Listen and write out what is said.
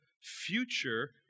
future